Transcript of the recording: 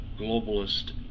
globalist